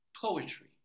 Poetry